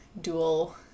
dual